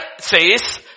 says